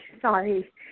Sorry